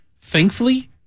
thankfully